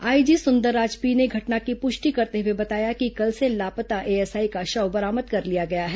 IG Sundarraj P ने घटना की पुष्टि करते हुए बताया कि कल से लापता एएसआई का शव बरामद कर लिया गया है